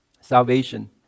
salvation